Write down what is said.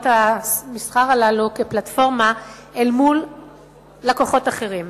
המסחר הללו כפלטפורמה אל מול לקוחות אחרים.